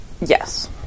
Yes